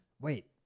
Wait